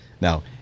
Now